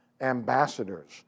ambassadors